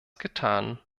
getan